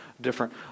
different